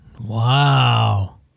Wow